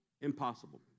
Impossible